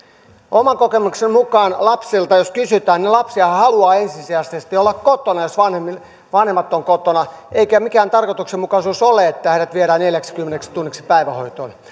oman kokemukseni mukaan jos lapsilta kysytään niin lapsihan haluaa ensisijaisesti olla kotona jos vanhemmat ovat kotona eikä se mikään tarkoituksenmukaisuus ole että heidät viedään neljäksikymmeneksi tunniksi päivähoitoon